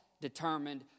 determined